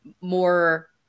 more